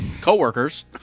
co-workers